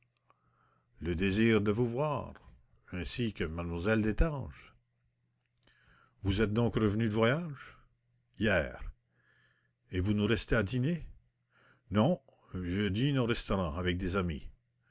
le désir de vous voir ainsi que m lle destange vous êtes donc revenu de voyage hier et vous nous restez à dîner non je dîne au restaurant avec des amis